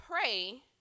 pray